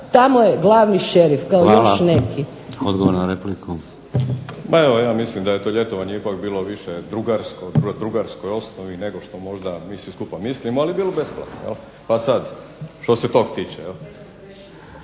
tamo je glavni šerif kao još neki.